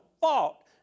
fault